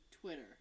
Twitter